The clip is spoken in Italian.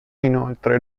inoltre